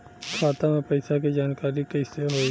खाता मे पैसा के जानकारी कइसे होई?